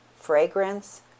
fragrance